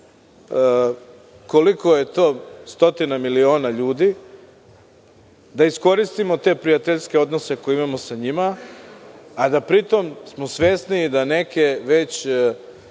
koliko je to stotina miliona ljudi. Treba da iskoristimo te prijateljske odnose koje imamo sa njima, a da smo pri tom svesni da već